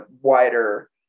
wider